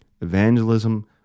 Evangelism